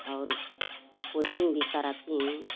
और कोचिंग भी कराती हूँ